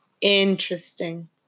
interesting